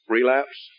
Relapse